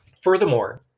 Furthermore